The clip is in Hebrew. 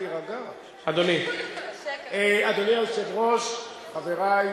אדוני היושב-ראש, חברי,